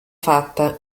fatta